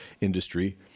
industry